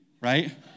right